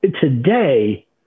today